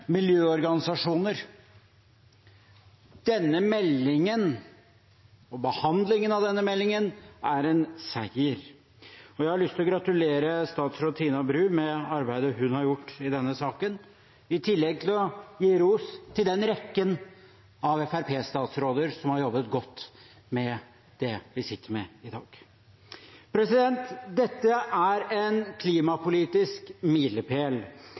miljøorganisasjoner. Denne meldingen og behandlingen av denne meldingen er en seier. Jeg har lyst til å gratulere statsråd Tina Bru med arbeidet hun har gjort i denne saken, i tillegg til å gi ros til den rekken av Fremskrittsparti-statsråder som har jobbet godt med det vi sitter med i dag. Dette er en klimapolitisk milepæl.